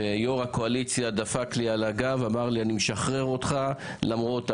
ויו"ר הקואליציה דפק לי על הגב ואמר לי: אני משחרר אותך למרות ההצבעה.